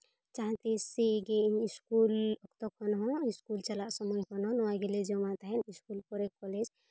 ᱡᱟᱦᱟᱸ ᱛᱤᱥ ᱜᱮ ᱤᱧ ᱥᱠᱩᱞ ᱚᱠᱛᱚ ᱠᱷᱚᱱ ᱦᱚᱸ ᱥᱠᱩᱞ ᱪᱟᱞᱟᱜ ᱥᱚᱢᱚᱭ ᱱᱚᱣᱟ ᱜᱮᱞᱮ ᱡᱚᱢᱮᱫ ᱛᱟᱦᱮᱸᱫ ᱥᱠᱩᱞ ᱯᱚᱨᱮ ᱠᱚᱞᱮᱡᱽ